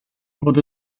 bod